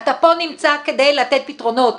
אתה פה נמצא כדי לתת פתרונות.